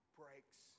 breaks